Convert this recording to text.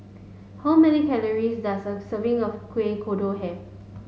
how many calories does a serving of Kuih Kodok have